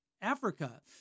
Africa